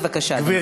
בבקשה, אדוני.